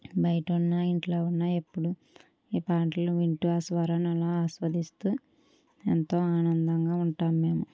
బయట ఉన్న ఇంట్లో ఉన్న ఎప్పుడూ ఈ పాటలు వింటూ ఆ స్వరం అలా ఆస్వాదిస్తూ ఎంతో ఆనందంగా ఉంటాము మేము